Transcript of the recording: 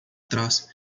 trás